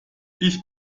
ich